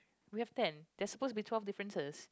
we have ten there's supposed to be twelve differences